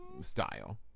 style